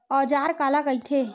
औजार काला कइथे?